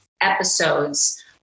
episodes